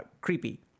creepy